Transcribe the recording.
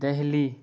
Delhi